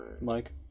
Mike